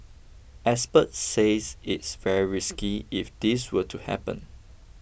experts says it is very risky if this were to happen